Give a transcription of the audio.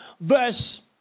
verse